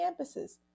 campuses